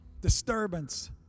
disturbance